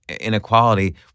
inequality